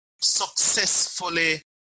successfully